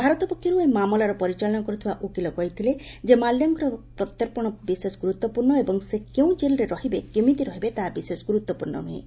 ଭାରତ ପକ୍ଷରୁ ଏହି ମାମଲାର ପରିଚାଳନା କରୁଥିବା ଓକିଲ କହିଥିଲେ ଯେ ମାଲ୍ୟାଙ୍କ ପ୍ରତ୍ୟର୍ପଣ ବିଶେଷ ଗୁରୁତ୍ୱପୂର୍ଣ୍ଣ ଏବଂ ସେ କେଉଁ ଜେଲ୍ରେ ରହିବେ କେମିତି ରହିବେ ତାହା ବିଶେଷ ଗୁରୁତ୍ୱପୂର୍ଣ୍ଣ ନୁହେଁ